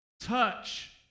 touch